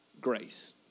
grace